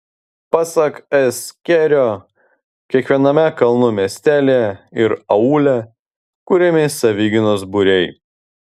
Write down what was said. pasak s kėrio kiekviename kalnų miestelyje ir aūle kuriami savigynos būriai